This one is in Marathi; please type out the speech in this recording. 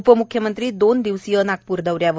उपमुख्यमंत्री दोन दिवसीय नागप्र दौऱ्यावर